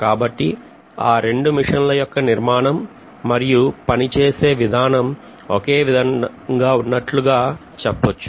కాబట్టి ఆ రెండు మిషన్ల యొక్క నిర్మాణం మరియు పని చేసే విధానం ఒకే విధంగా ఉన్నట్లుగా చెప్పొచ్చు